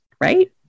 right